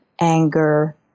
anger